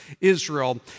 Israel